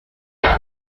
des